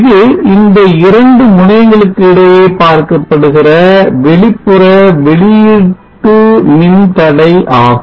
இது இந்த இரண்டு முனையங்களுக்கு இடையே பார்க்கப்படுகிற வெளிப்புற வெளியீடு மின்தடை ஆகும்